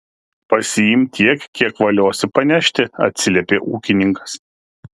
pasiimk tiek kiek valiosi panešti atsiliepė ūkininkas